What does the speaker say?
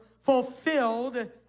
fulfilled